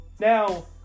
Now